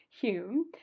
Hume